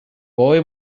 boy